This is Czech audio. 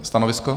Stanovisko?